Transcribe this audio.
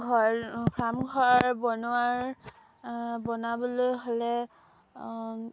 ঘৰ ফাৰ্ম ঘৰ বনোৱাৰ বনাবলৈ হ'লে